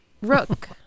Rook